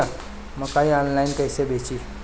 मकई आनलाइन कइसे बेची?